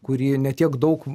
kuri ne tiek daug